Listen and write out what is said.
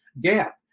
gap